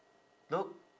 look